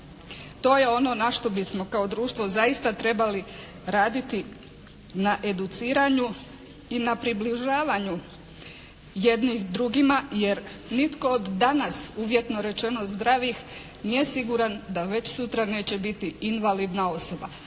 To je ono na što bismo kao društvo zaista trebali raditi na educiranju i na približavanju jednih drugima jer nitko od danas uvjetno rečeno zdravih nije siguran da već sutra neće biti invalidna osoba.